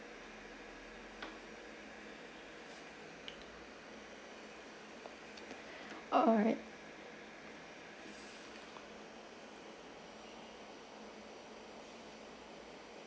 alright